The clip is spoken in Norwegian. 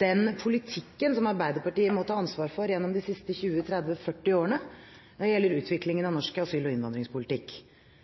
den politikken som Arbeiderpartiet må ta ansvar for gjennom de siste 20–30–40 årene når det gjelder utviklingen